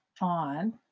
on